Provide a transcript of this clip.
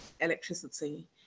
electricity